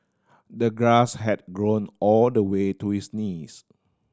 the grass had grown all the way to his knees